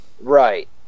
Right